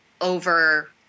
over